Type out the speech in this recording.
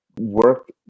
Work